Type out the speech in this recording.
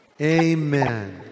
Amen